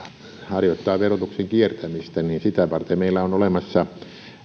harjoittaa verotuksen kiertämistä niin sitä varten meillä on olemassa